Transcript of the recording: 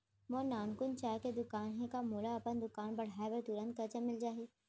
मोर नानकुन चाय के दुकान हे का मोला अपन दुकान बढ़ाये बर तुरंत करजा मिलिस जाही?